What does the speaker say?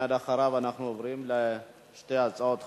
ומייד אחריו אנחנו עוברים לשתי הצעות חקיקה.